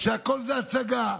שהכול זה הצגה.